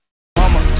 Mama